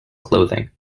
clothing